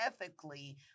ethically